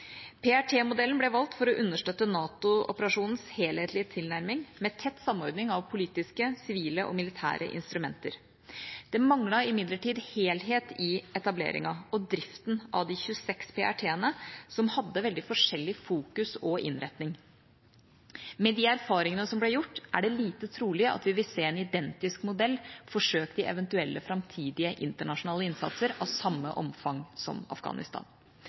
ble valgt for å understøtte NATO-operasjonens helhetlige tilnærming, med tett samordning av politiske, sivile og militære instrumenter. Det manglet imidlertid helhet i etableringen og driften av de 26 PRT-ene, som hadde veldig forskjellig fokus og innretning. Med de erfaringene som ble gjort, er det lite trolig at vi vil se en identisk modell forsøkt i eventuelle framtidige internasjonale innsatser av samme omfang som Afghanistan.